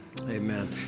Amen